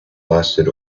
lasted